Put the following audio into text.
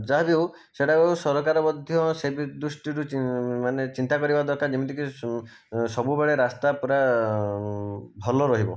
ଯାହା ବି ହେଉ ସେଇଟାକୁ ସରକାର ମଧ୍ୟ ସେ ଦୃଷ୍ଟିରୁ ମାନେ ଚିନ୍ତା କରିବା ଦରକାର ଯେମିତି କି ସବୁବେଳେ ରାସ୍ତା ପୁରା ଭଲ ରହିବ